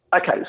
Okay